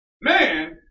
man